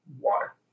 water